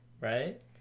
right